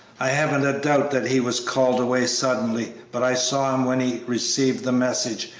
i haven't a doubt that he was called away suddenly, but i saw him when he received the message,